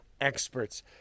experts